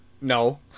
No